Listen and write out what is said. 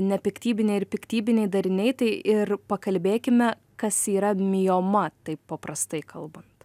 nepiktybiniai ir piktybiniai dariniai tai ir pakalbėkime kas yra mioma taip paprastai kalbant